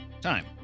Time